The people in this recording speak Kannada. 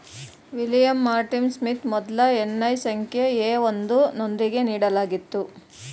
ವಿಲಿಯಂ ಮಾರ್ಟಿನ್ ಸ್ಮಿತ್ ಮೊದ್ಲ ಎನ್.ಐ ಸಂಖ್ಯೆ ಎ ಒಂದು ನೊಂದಿಗೆ ನೀಡಲಾಗಿತ್ತು